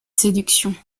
séduction